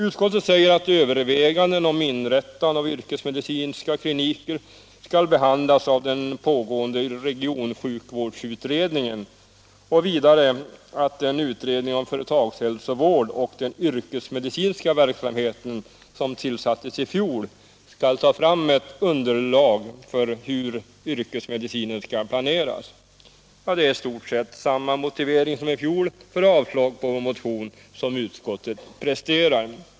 Utskottet säger att överväganden om inrättande av yrkesmedicinska kliniker skall behandlas av den pågående regionsjukvårdsutredningen och vidare att den utredning om företagshälsovården och den yrkesmedicinska verksamheten som tillsattes i fjol skall ta fram ett underlag för hur yrkesmedicinen skall planeras. Det är i stort sett samma motivering som i fjol för avstyrkande av vår motion som utskottet presterar.